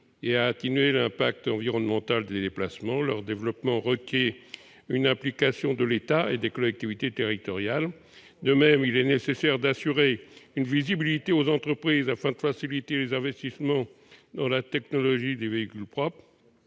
et atténuent l'impact environnemental des déplacements. Leur développement requiert une implication de l'État et des collectivités territoriales. De même, il est nécessaire d'assurer une visibilité aux entreprises, afin de faciliter les investissements dans la technologie des véhicules propres.